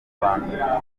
rwanda